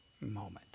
moment